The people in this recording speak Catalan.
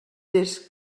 des